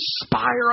inspire